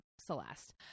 Celeste